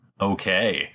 Okay